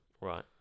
right